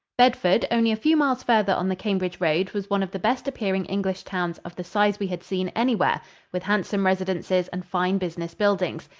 bedford, only a few miles farther on the cambridge road, was one of the best-appearing english towns of the size we had seen anywhere with handsome residences and fine business buildings.